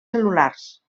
cel·lulars